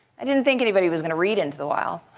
i didn't think anybody was going to read into the wild,